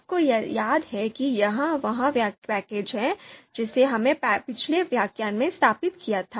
आपको याद है कि यह वह पैकेज है जिसे हमने पिछले व्याख्यान में स्थापित किया था